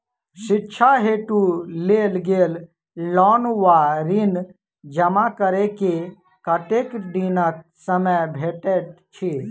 शिक्षा हेतु लेल गेल लोन वा ऋण जमा करै केँ कतेक दिनक समय भेटैत अछि?